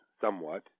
somewhat